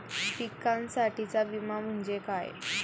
पिकांसाठीचा विमा म्हणजे काय?